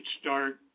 start